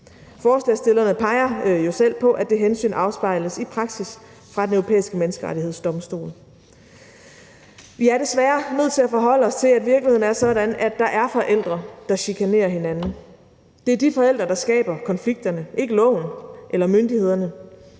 Forslagsstillerne peger jo selv på, at det hensyn afspejles i praksis ved Den Europæiske Menneskerettighedsdomstol. Vi er desværre nødt til at forholde os til, at virkeligheden er sådan, at der er forældre, der chikanerer hinanden. Det er de forældre, der skaber konflikterne, og ikke loven eller myndighederne.